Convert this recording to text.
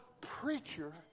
preacher